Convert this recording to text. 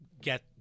get